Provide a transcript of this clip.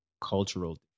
cultural